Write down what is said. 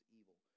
evil